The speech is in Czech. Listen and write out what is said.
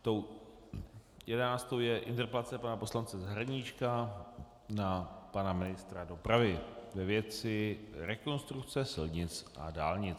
Tou jedenáctou je interpelace pana poslance Zahradníčka na pana ministra dopravy ve věci rekonstrukce silnic a dálnic.